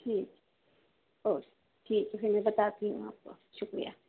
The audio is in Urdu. ٹھیک ہے اوکے ٹھیک ہے پھر میں بتاتی ہوں آپ کو شکریہ